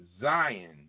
Zion